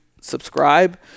subscribe